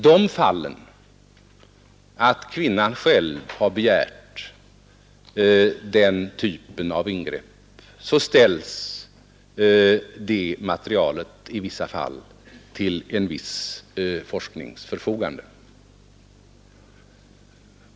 Då kvinnan själv har begärt den typen av ingrepp ställs materialet i en del fall till en viss forsknings förfogande.